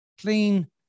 clean